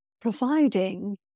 providing